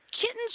Kittens